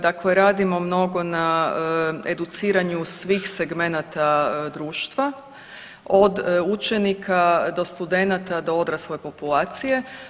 Dakle, radimo mnogo na educiranju svih segmenata društva od učenika do studenata do odrasle populacije.